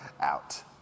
out